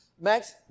Max